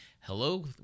hello